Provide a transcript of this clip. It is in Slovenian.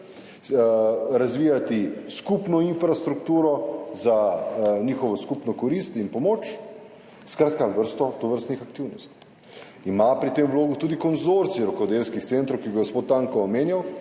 razvijati skupno infrastrukturo za njihovo skupno korist in pomoč, skratka, vrsto tovrstnih aktivnosti ima pri tem vlogo tudi konzorcij rokodelskih centrov, ki ga je gospod Tanko omenjal.